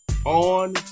On